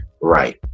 right